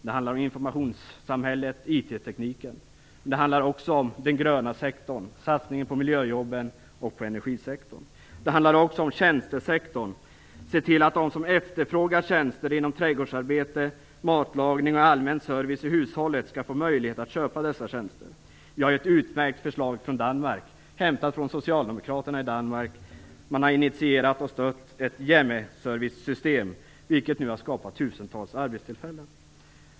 Det handlar om informationssamhället, IT-tekniken. Det handlar också om den gröna sektorn, satsningen på miljöjobben och energisektorn. Det handlar också om tjänstesektorn. Se till att de som efterfrågar tjänster inom trädgårdsarbete, matlagning och allmän service i hushållet får möjlighet att köpa dessa tjänster. Från socialdemokraterna i Danmark har vi ett utmärkt exempel. Staten har där initierat och stött ett hjemmeservice-system vilket skapat tusentals nya arbetstillfällen.